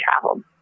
traveled